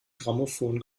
grammophon